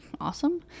awesome